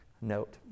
note